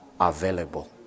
available